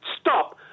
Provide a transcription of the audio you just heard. Stop